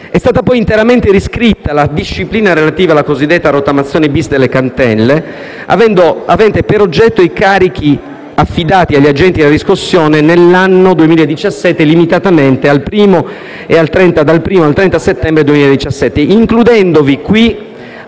È stata poi interamente riscritta la disciplina relativa alla cosiddetta rottamazione *bis* delle cartelle, avente a oggetto i carichi affidati agli agenti della riscossione, limitatamente dal 1° gennaio al 30 settembre 2017, includendovi anche